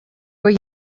were